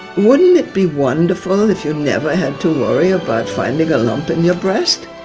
wouldn't it be wonderful if you never had to worry about finding a lump in your breast?